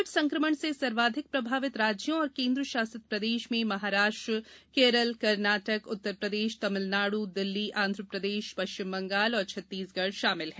Covid संक्रमण से सर्वाधिक प्रभावित राज्यों और केन्द् शासित प्रदेश में महाराष्ट्र केरल कर्नाटक उत्तर प्रदेश तमिलनाडु दिल्ली आंध्र प्रदेश पश्चिम बंगाल और छत्तीसगढ़ शामिल हैं